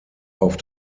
auf